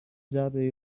جعبه